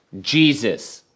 Jesus